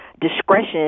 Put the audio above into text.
discretion